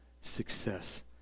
success